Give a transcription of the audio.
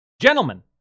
Gentlemen